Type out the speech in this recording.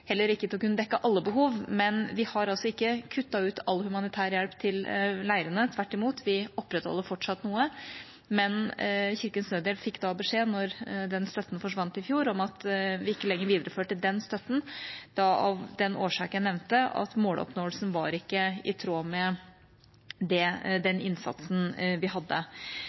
heller ikke til å kunne dekke alle behov, men vi har altså ikke kuttet ut all humanitær hjelp til leirene, tvert imot opprettholder vi fortsatt noe. Men Kirkens Nødhjelp fikk beskjed da støtten forsvant i fjor om at vi ikke lenger vidererførte den støtten – av den årsaken jeg nevnte, at måloppnåelsen ikke var i tråd med den innsatsen vi